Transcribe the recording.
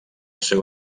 seu